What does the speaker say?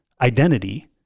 identity